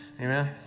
Amen